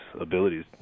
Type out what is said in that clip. abilities